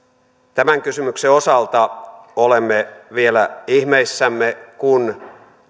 tämän kysymyksen osalta olemme vielä ihmeissämme kun